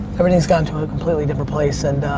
everything's gotten to a completely different place and